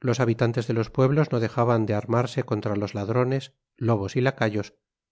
los habitantes de los pueblos no dejaban de armarse contra los ladrones lobos y lacayos